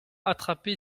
attrapé